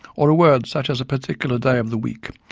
or a word such as a particular day of the week,